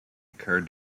occur